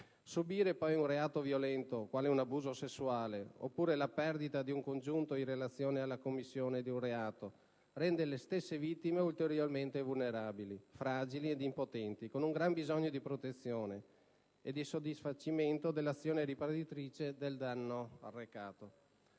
Subire poi un reato violento, quale un abuso sessuale, oppure la perdita di un congiunto in relazione alla commissione di un reato, rende le stesse vittime ulteriormente vulnerabili, fragili ed impotenti, con un gran bisogno di protezione e di soddisfacimento dell'azione riparatrice del danno arrecato.